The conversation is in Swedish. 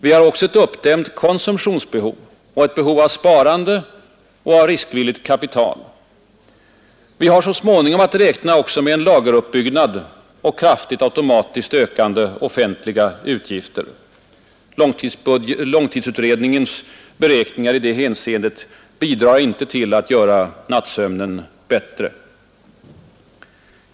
Vi har också ett uppdämt konsumtionsbehov. Och ett behov av sparande och av riskvilligt kapital. Vi har så småningom att räkna också med en lageruppbyggnad och kraftigt automatiskt ökande offentliga utgifter. Långtidsutredningens beräkningar i det hänseendet bidrar inte till att göra nattsömnen bättre.